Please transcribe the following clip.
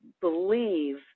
believe